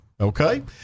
Okay